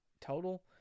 total